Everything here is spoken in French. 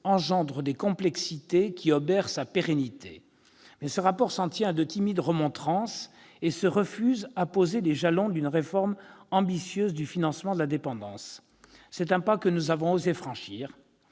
engendre des complexités obérant sa pérennité. Mais il s'en tient à de timides remontrances et se refuse à poser les jalons d'une réforme ambitieuse du financement de la dépendance. C'est un pas que nous avons osé franchir